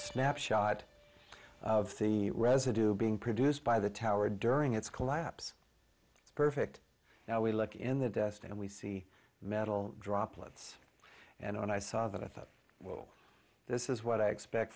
snapshot of the residue being produced by the tower during its collapse perfect now we look in the dust and we see metal droplets and when i saw that i thought well this is what i expect